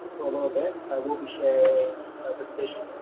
for a little bit. i will be sharing the presentation,